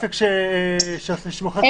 לעסק שמוכר ---?